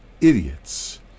idiots